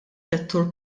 settur